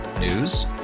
News